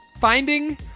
finding